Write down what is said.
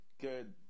good